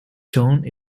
tone